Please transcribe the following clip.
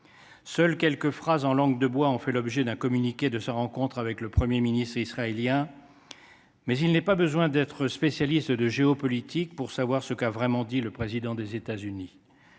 Seules quelques phrases en langue de bois figuraient dans le communiqué publié après sa rencontre avec le Premier ministre israélien, mais il n’est pas besoin d’être spécialiste de géopolitique pour savoir ce qu’a vraiment dit le président des États Unis